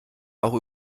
auch